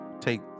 Take